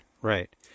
Right